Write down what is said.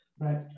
right